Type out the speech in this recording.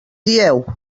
dieu